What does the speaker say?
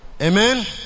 Amen